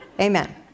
Amen